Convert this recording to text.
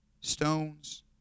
stones